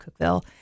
Cookville